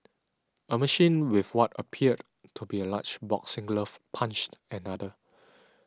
a machine with what appeared to be a large boxing glove punched another